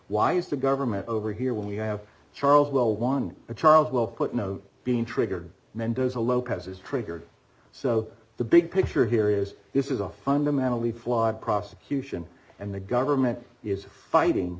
why is the government over here when we have charles will want a child well put note being triggered mendoza lopez's trigger so the big picture here is this is a fundamentally flawed prosecution and the government is fighting